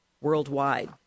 worldwide